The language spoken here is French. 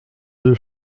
deux